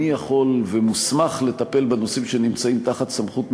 אני יכול ומוסמך לטפל בנושאים שנמצאים בסמכות משרדי,